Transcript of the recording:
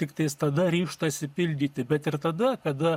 tiktais tada ryžtasi pildyti bet ir tada kada